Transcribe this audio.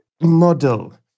model